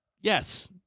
Yes